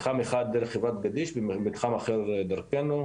מתחם אחד דרך חברת גדיש ומתחם אחר דרכנו.